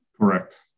Correct